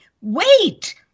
wait